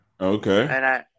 okay